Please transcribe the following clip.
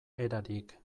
erarik